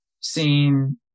seen